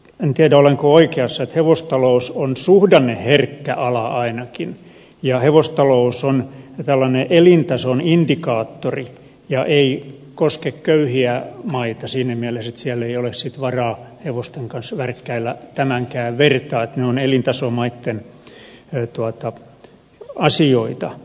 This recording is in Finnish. en tiedä olenko oikeassa että hevostalous on suhdanneherkkä ala ainakin ja hevostalous on tällainen elintason indikaattori eikä koske köyhiä maita siinä mielessä että siellä ei ole sitten varaa hevosten kanssa värkkäillä tämänkään vertaa että ne ovat elintasomaitten asioita